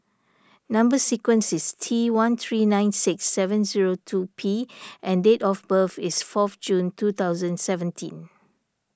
Number Sequence is T one three nine six seven zero two P and date of birth is four June two thousand seventeen